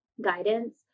guidance